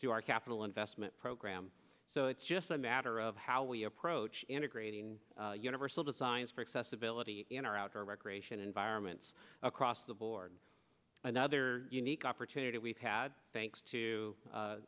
our capital investment program so it's just a matter of how we approach integrating universal designs for accessibility in our outdoor recreation environments across the board another unique opportunity that we've had thanks to